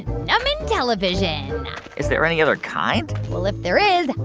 mind-numbing television is there any other kind? well, if there is,